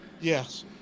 Yes